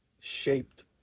shaped